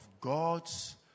God's